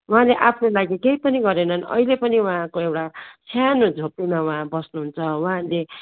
उहाँले आफ्नोलागि केही पनि गरेनन् अहिले पनि उहाँको एउटा सानो झोपडीमा उहाँ बस्नुहुन्छ उहाँले